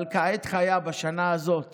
אבל כעת חיה בשנה הזאת